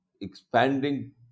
expanding